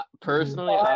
personally